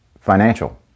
financial